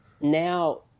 now